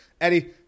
Eddie